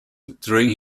during